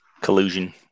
Collusion